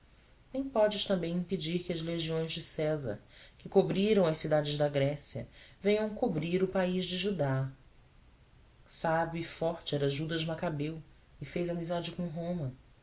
nem podes também impedir que as legiões de césar que cobriram as cidades da grécia venham cobrir o país de judá sábio e forte era judas macabeu e fez amizade com roma